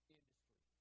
industry